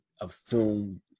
assume